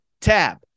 tab